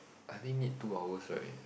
I think need two hours right